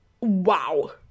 wow